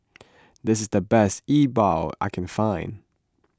this is the best E Bua I can find